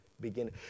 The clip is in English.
begin